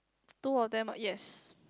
two of them uh yes